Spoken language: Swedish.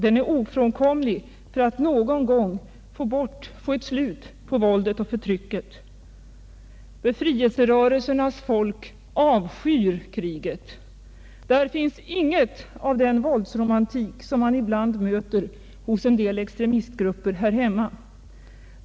Den är ofränkomlig för att någon gång få ett slut på våldet och förtrycket. Befrielserörelsernas folk avskyr kriget. Där finns inget av den väldsromantik, som man ibland möter hos en del extremistgrupper här hemma.